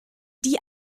die